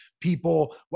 people